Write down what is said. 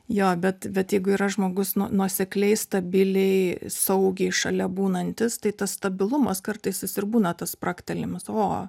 jo bet bet jeigu yra žmogus nu nuosekliai stabiliai saugiai šalia būnantis tai tas stabilumas kartais jis ir būna tas spragtelėjimas o